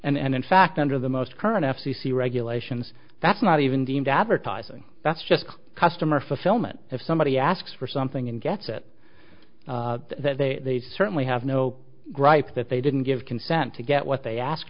that and in fact under the most current f c c regulations that's not even deemed advertising that's just customer fulfillment if somebody asks for something and gets it that they certainly have no gripe that they didn't give consent to get what they ask